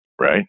Right